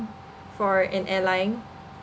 for an airline